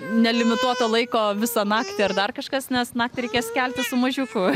nelimituoto laiko visą naktį ar dar kažkas nes naktį reikės keltis su mažiuku